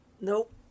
nope